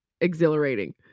exhilarating